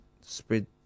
spread